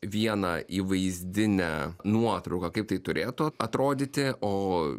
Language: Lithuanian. vieną įvaizdinę nuotrauką kaip tai turėtų atrodyti o